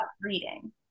reading